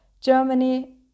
Germany